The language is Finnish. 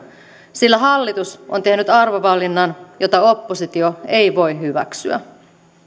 sillä hallitus on tehnyt arvovalinnan jota oppositio ei voi hyväksyä